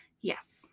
Yes